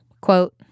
Quote